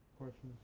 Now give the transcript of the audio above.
Questions